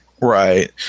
Right